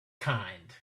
kind